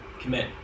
commit